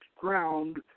ground